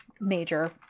major –